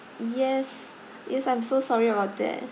yes yes I'm so sorry about that